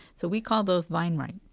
so we call those vine ripe.